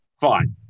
Fine